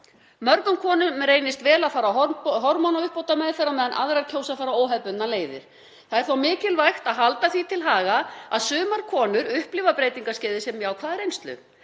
Mörgum konum reynist vel að fara á hormónauppbótarmeðferð á meðan aðrar kjósa að fara óhefðbundnar leiðir. Það er þó mikilvægt að halda því til haga að sumar konur upplifa breytingaskeiðið sem jákvæða reynslu.